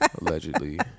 Allegedly